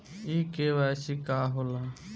इ के.वाइ.सी का हो ला?